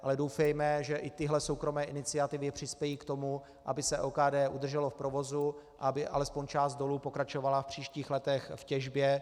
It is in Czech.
Ale doufejme, že i tyhle soukromé iniciativy přispějí k tomu, aby se OKD udrželo v provozu, aby alespoň část dolů pokračovala v příštích letech v těžbě.